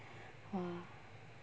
!wah!